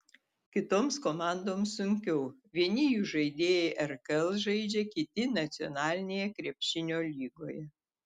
kitoms komandoms sunkiau vieni jų žaidėjai rkl žaidžia kiti nacionalinėje krepšinio lygoje